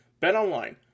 BetOnline